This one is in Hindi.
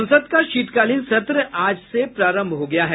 संसद का शीतकालीन सत्र आज से प्रारंभ हो गया है